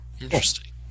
Interesting